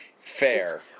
Fair